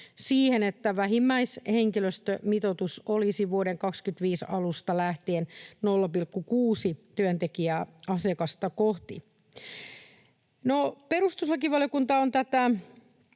että vähimmäishenkilöstömitoitus olisi vuoden 2025 alusta lähtien 0,6 työntekijää asiakasta kohti. Perustuslakivaliokunta on tätä